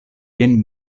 jen